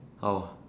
how ah